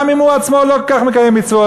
גם אם הוא עצמו לא כל כך מקיים מצוות,